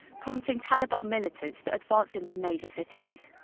prompting taliban militants to advance into major cities.